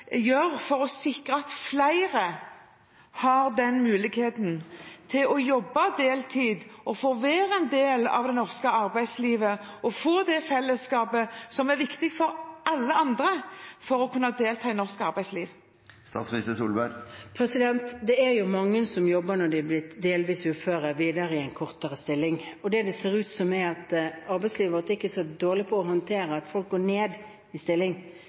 for å sikre at flere har den muligheten til å jobbe deltid, få være en del av det norske arbeidslivet og få det fellesskapet som er viktig for alle andre, for å kunne delta i det norske arbeidslivet? Det er mange som jobber videre i en mindre stilling når de har blitt delvis uføre. Det ser ut til at arbeidslivet vårt ikke er så dårlig til å håndtere at folk går ned i stilling,